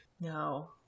No